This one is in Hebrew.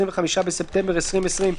25 בספטמבר 2020,